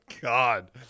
God